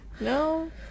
No